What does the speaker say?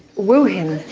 woo him.